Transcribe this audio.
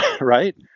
Right